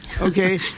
Okay